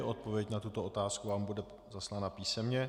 Odpověď na tuto otázku vám bude zaslána písemně.